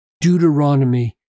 Deuteronomy